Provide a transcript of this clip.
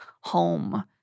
home